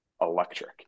electric